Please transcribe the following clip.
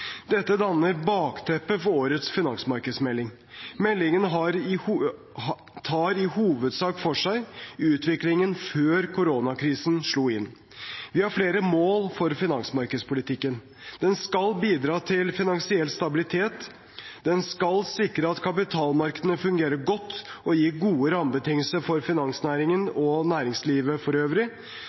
Dette danner bakteppet for årets finansmarkedsmelding. Meldingen tar i hovedsak for seg utviklingen før koronakrisen slo inn. Vi har flere mål for finansmarkedspolitikken: Den skal bidra til finansiell stabilitet. Den skal sikre at kapitalmarkedene fungerer godt og gi gode rammebetingelser for finansnæringen og næringslivet for øvrig.